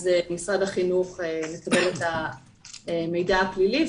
משרד החינוך מקבל את המידע הפלילי,